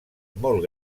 molt